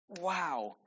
Wow